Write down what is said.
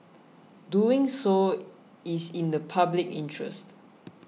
doing so is in the public interest